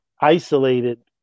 isolated